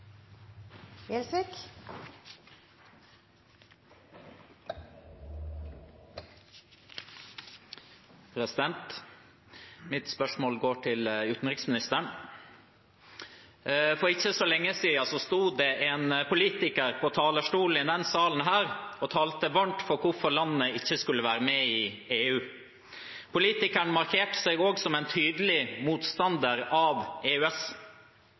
Mitt spørsmål går til utenriksministeren. For ikke så lenge siden sto det en politiker på talerstolen i denne salen og talte varmt for hvorfor landet ikke skulle være med i EU. Politikeren markerte seg også som en tydelig motstander av EØS.